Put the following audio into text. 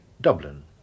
Dublin